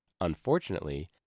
Unfortunately